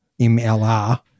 MLR